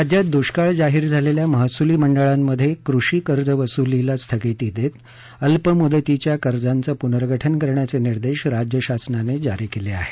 राज्यात दृष्काळ जाहीर झालेल्या महसुली मंडळांमध्ये कृषी कर्जवसुलीला स्थगिती देत अल्पमुदतीच्या कर्जाचं पुर्नगठन करण्याचे निर्देश राज्य शासनानं जारी केले आहेत